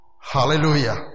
Hallelujah